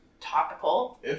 topical